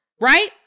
right